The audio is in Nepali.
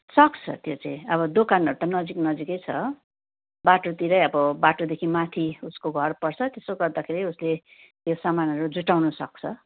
सक्छ त्यो चाहिँ अब दोकानहरू त नजिक नजिकै छ बाटोतिरै अब बाटोदेखि माथि उसको घर पर्छ त्यसो गर्दाखेरि उसले त्यो सामानहरू जुटाउनु सक्छ